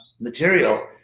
material